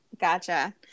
Gotcha